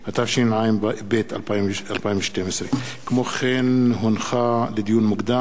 התשע"ב 2012. לדיון מוקדם: